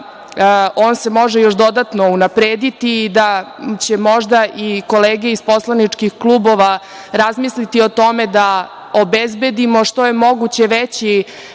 on se može još dodatno unaprediti i da će možda i kolege iz poslaničkih klubova razmisliti o tome da obezbedimo što je moguće veće